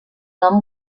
nom